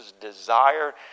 desire